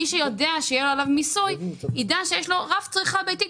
מי שיודע שיהיה עליו מיסוי יידע שיש לו רף צריכה ביתית,